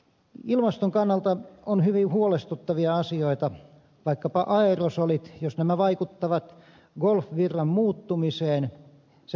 ilmaston kannalta hyvin huolestuttavia asioita ovat vaikkapa aerosolit jos nämä vaikuttavat golfvirran muuttumiseen sen heikentymiseen